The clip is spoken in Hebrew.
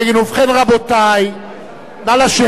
ובכן, רבותי, נא לשבת.